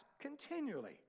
continually